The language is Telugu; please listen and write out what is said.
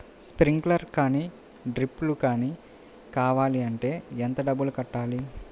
స్ప్రింక్లర్ కానీ డ్రిప్లు కాని కావాలి అంటే ఎంత డబ్బులు కట్టాలి?